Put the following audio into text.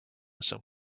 some